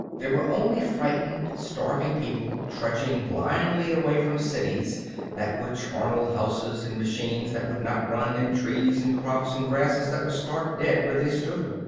there were only frightened, starving people trudging blindly away from cities that were charnel-houses and machines that would not run and trees and crops and grasses that were stark dead where they stood.